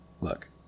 look